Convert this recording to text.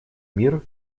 мир